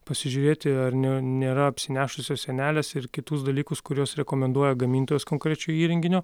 pasižiūrėti ar ne nėra apsinešusios sienelės ir kitus dalykus kuriuos rekomenduoja gamintojas konkrečio įrenginio